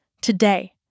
today